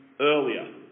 earlier